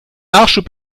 nachschub